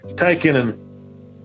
taking